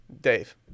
Dave